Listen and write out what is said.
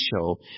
show